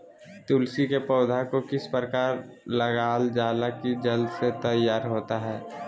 तुलसी के पौधा को किस प्रकार लगालजाला की जल्द से तैयार होता है?